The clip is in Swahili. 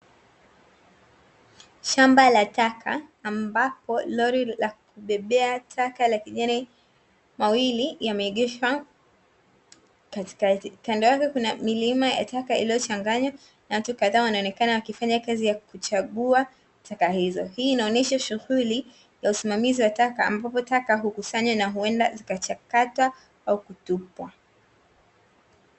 Shamba la taka ambapo lori la kubebea taka la kijani mawili yameegeshwa katikati, kando yake kuna milima ya taka iliyochanganywa na watu kadhaa wanaonekana wakifanya kazi ya kuchagua taka hizo, hii inaonyesha shughuli ya usimamizi wa taka ambapo taka hukusanywa na huenda zikachakatwa au kutupwa.